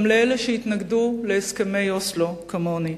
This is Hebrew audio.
גם לאלו שהתנגדו להסכמי אוסלו, כמוני.